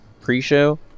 pre-show